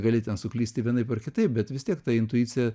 gali ten suklysti vienaip ar kitaip bet vis tiek ta intuicija